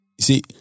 see